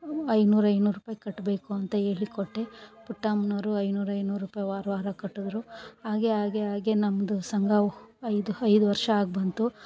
ಐನೂರು ಐನೂರು ರೂಪಾಯಿ ಕಟ್ಬೇಕು ಅಂತ ಹೇಳಿ ಕೊಟ್ಟೆ ಪುಟ್ಟಮ್ಮನೋರು ಐನೂರು ಐನೂರು ರೂಪಾಯಿ ವಾರ ವಾರ ಕಟ್ಟಿದ್ರು ಹಾಗೆ ಹಾಗೆ ಹಾಗೆ ನಮ್ಮದು ಸಂಘ ಐದು ಐದು ವರ್ಷ ಆಗಿಬಂತು